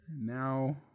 Now